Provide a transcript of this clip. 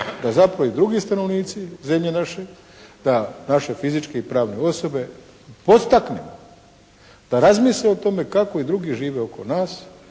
razumije./ i drugi stanovnici zemlje naše, da naše fizičke i pravne osobe potaknu da razmisle o tomu kako i drugi žive oko nas